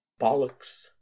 bollocks